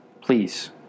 please